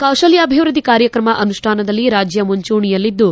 ಕೌಶಲ್ಲಾಭಿವೃದ್ದಿ ಕಾರ್ಯಕ್ರಮ ಅನುಷ್ಠಾನದಲ್ಲಿ ರಾಜ್ಯ ಮುಂಚೂಣಿಯಲ್ಲಿದ್ದು